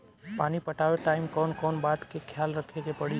पानी पटावे टाइम कौन कौन बात के ख्याल रखे के पड़ी?